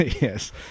Yes